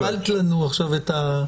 בלבלת לנו את הסדר.